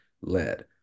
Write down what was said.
led